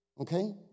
Okay